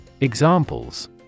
Examples